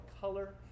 color